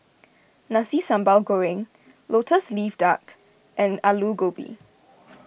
Nasi Sambal Goreng Lotus Leaf Duck and Aloo Gobi